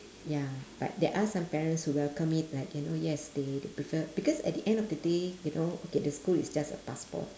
ya but there are some parents who welcome it like you know yes they they prefer because at the end of the day you know that the school is just a passport